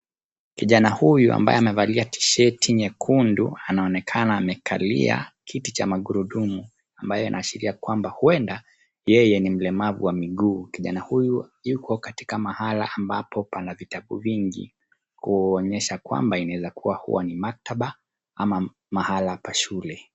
Kijana huyu ambaye amevalia tishati nyekundu anaonekana amekalia kiti cha magurudumu ambayo inaashiria kwamba huenda yeye ni mlemavu wa miguu. Kijana huyu yuko katika mahala ambapo pana vitabu vingi kuonyesha kwamba inaezakua huo ni maktaba ama mahala pa shule.